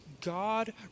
God